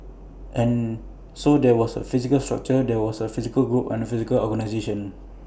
and so there was A physical structure there was A physical group and A physical organisation